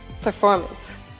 performance